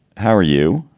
how are you?